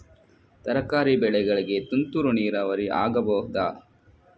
ತರಕಾರಿ ಬೆಳೆಗಳಿಗೆ ತುಂತುರು ನೀರಾವರಿ ಆಗಬಹುದಾ?